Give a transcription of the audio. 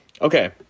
okay